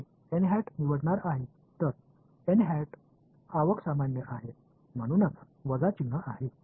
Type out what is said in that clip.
मी निवडणार आहे तर आवक सामान्य आहे म्हणूनच वजा चिन्ह आहे